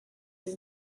les